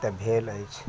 तऽ भेल अछि